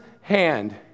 hand